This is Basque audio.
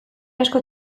asko